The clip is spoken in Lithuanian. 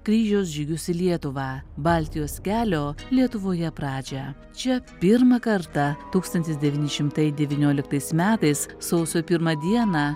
kryžiaus žygius į lietuvą baltijos kelio lietuvoje pradžią čia pirmą kartą tūkstantis devyni šimtai devynioliktais metais sausio pirmą dieną